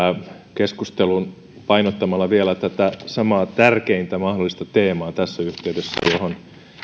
keskustelun painottamalla vielä tässä yhteydessä tätä samaa tärkeintä mahdollista teemaa johon